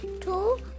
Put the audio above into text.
two